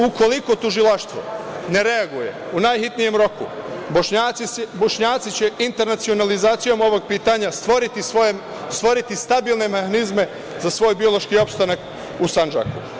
Ukoliko tužilaštvo ne reaguje u najhitnijem roku, Bošnjaci će internacionalizacijom ovog pitanja stvoriti stabilne mehanizme za svoj biološki opstanak u Sandžaku.